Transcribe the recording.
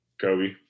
Kobe